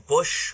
Bush